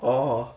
orh